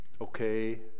Okay